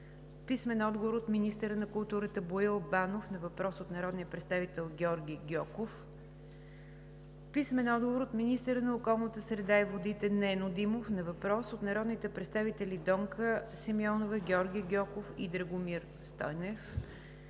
Гьоков; - министъра на културата Боил Банов на въпрос от народния представител Георги Гьоков; - министъра на околната среда и водите Нено Димов на въпрос от народните представители Донка Симеонова, Георги Гьоков и Драгомир Стойнев;